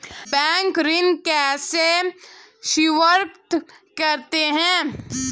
Bank ऋण कैसे स्वीकृत करते हैं?